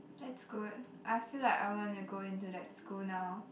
that's good I feel like I wanna go into that school now